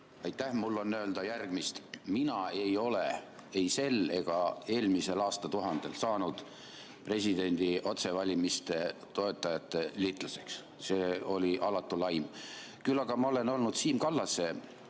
Aitäh! Mul on öelda järgmist. Mina ei ole ei sel ega eelmisel aastatuhandel saanud presidendi otsevalimise toetajate liitlaseks. See oli alatu laim. Küll aga olen ma olnud Siim Kallase